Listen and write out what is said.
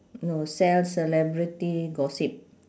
no sell celebrity gossip